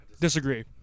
Disagree